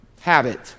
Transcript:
habit